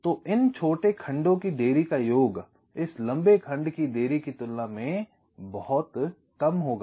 तो इन छोटे खंडों की देरी का योग इस लंबे खंड की देरी की तुलना में बहुत कम होगा